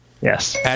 Yes